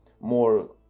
more